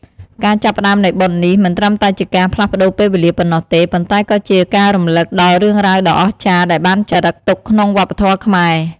ការចាប់ផ្តើមនៃបុណ្យនេះ មិនត្រឹមតែជាការផ្លាស់ប្តូរពេលវេលាប៉ុណ្ណោះទេ ប៉ុន្តែក៏ជាការរំលឹកដល់រឿងរ៉ាវដ៏អស្ចារ្យដែលបានចារឹកទុកក្នុងវប្បធម៌ខ្មែរ។